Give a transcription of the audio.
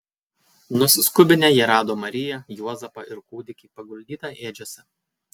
nusiskubinę jie rado mariją juozapą ir kūdikį paguldytą ėdžiose